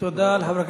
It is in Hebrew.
תודה רבה.